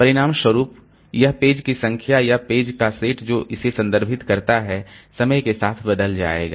परिणामस्वरूप यह पेज की संख्या या पेज का सेट जो इसे संदर्भित करता है समय के साथ बदल जाएगा